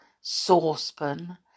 Saucepan